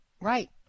right